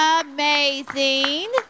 amazing